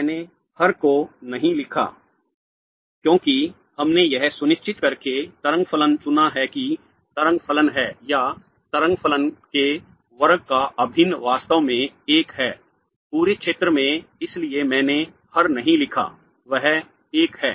मैंने हर को नहीं लिखा क्योंकि हमने यह सुनिश्चित करके तरंग फलन चुना है कि तरंग फलन है या तरंग फलन के वर्ग का अभिन्न वास्तव में 1 है पूरे क्षेत्र में इसलिए मैंने हर नहीं लिखा वह 1 है